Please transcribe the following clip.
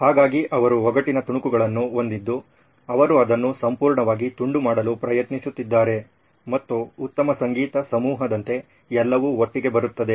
ಹಾಗಾಗಿ ಅವರು ಒಗಟಿನ ತುಣುಕುಗಳನ್ನು ಹೊಂದಿದ್ದು ಅವರು ಅದನ್ನು ಸಂಪೂರ್ಣವಾಗಿ ತುಂಡು ಮಾಡಲು ಪ್ರಯತ್ನಿಸುತ್ತಿದ್ದಾರೆ ಮತ್ತು ಉತ್ತಮ ಸಂಗೀತ ಸಮೂಹದಂತೆ ಎಲ್ಲವೂ ಒಟ್ಟಿಗೆ ಬರುತ್ತದೆ